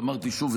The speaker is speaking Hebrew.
ואמרתי שוב,